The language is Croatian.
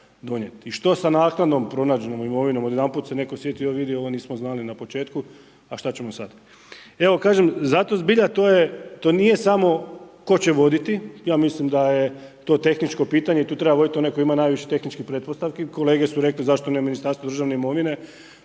i što sa naknadno pronađenom imovinom? Odjedanput se netko sjeti, joj vidi, ovo nismo znali na početku, a šta ćemo sad. Evo, kažem, zato zbilja to nije samo tko će voditi. Ja mislim da je to tehničko pitanje i tu treba voditi onaj koji ima najviše tehničkih pretpostavki. Kolege su rekle zašto ne Ministarstvo državne imovine.